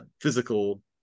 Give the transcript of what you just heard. physical